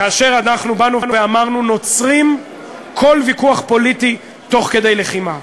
כאשר אנחנו אמרנו: נוצרים כל ויכוח פוליטי תוך כדי לחימה.